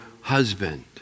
husband